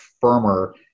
firmer